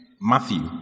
Matthew